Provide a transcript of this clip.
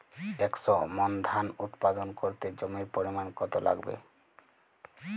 একশো মন ধান উৎপাদন করতে জমির পরিমাণ কত লাগবে?